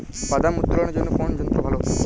বাদাম উত্তোলনের জন্য কোন যন্ত্র ভালো?